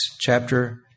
chapter